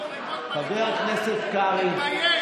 הפעלת את המפלגה, חבר הכנסת קרעי.